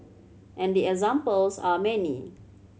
and the examples are many